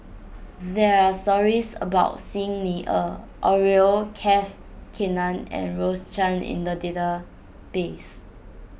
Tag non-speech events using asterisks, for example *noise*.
there are stories about Xi Ni Er *unintelligible* and Rose Chan in the database